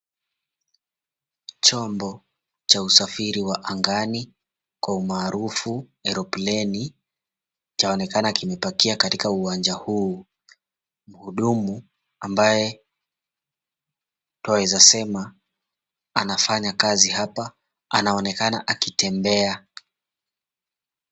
Chombo cha usafiri wa angani kwa maarufu eropleni chaonekana kimepakia katika uwanja huu. Mhudumu ambaye twaweza sema anafanya kazi hapa anaonekana akitembea.